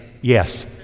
Yes